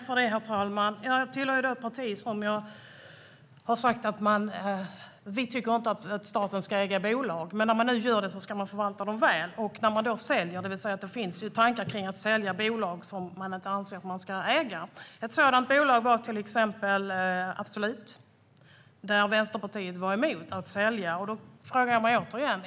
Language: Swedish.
Herr talman! I mitt parti tycker vi inte att staten ska äga bolag, men om man gör det ska de förvaltas väl. Det finns ju tankar på att sälja bolag som det anses att staten inte ska äga. Ett sådant bolag var Absolut. Vänsterpartiet var emot den försäljningen.